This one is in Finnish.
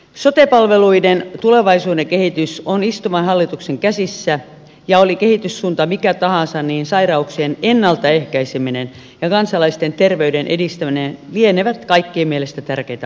sote palveluiden tulevaisuuden kehitys on istuvan hallituksen käsissä ja oli kehityssuunta mikä tahansa niin sairauksien ennalta ehkäiseminen ja kansalaisten terveyden edistäminen lienevät kaikkien mielestä tärkeitä asioita